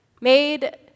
Made